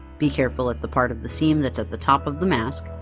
be careful at the part of the seam that's at the top of the mask.